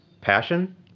passion